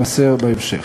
יימסר בהמשך.